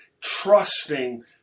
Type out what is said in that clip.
trusting